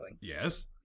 Yes